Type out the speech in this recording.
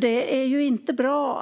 Det är ju inte bra